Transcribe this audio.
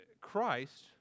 Christ